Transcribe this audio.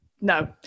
no